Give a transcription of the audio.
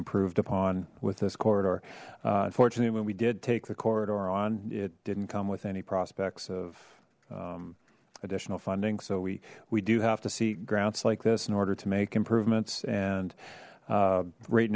improved upon with this corridor unfortunately when we did take the corridor on it didn't come with any prospects of additional funding so we we do have to see grants like this in order to make improvements and right